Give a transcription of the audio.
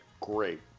great